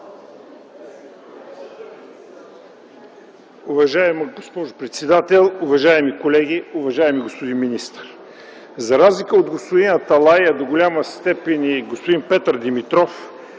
Уважаема госпожо председател, уважаеми колеги, уважаеми господин министър! За разлика от господин Аталай, а до голяма степен и господин Петър Димитров,